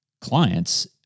clients